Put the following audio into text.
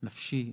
נפשי וגופני,